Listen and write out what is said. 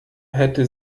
hätte